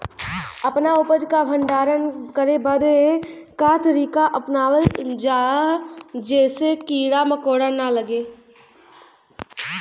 अपना उपज क भंडारन करे बदे का तरीका अपनावल जा जेसे कीड़ा मकोड़ा न लगें?